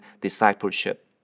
discipleship